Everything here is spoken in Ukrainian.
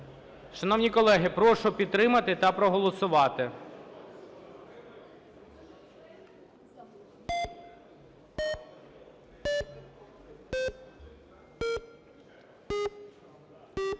Шановні колеги, прошу підтримати та проголосувати.